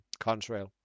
contrail